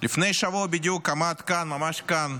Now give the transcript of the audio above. לפני שבוע בדיוק עמד כאן, ממש כאן,